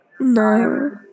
No